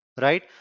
right